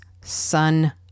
Son